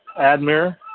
Admir